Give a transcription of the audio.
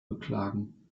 beklagen